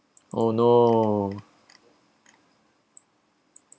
oh no